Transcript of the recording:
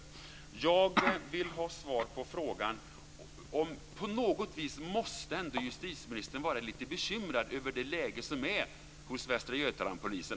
Här vill jag ha ett svar. På något vis måste ändå justitieministern vara lite bekymrad över det läge som råder för polisen i Västra Götaland.